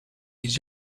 his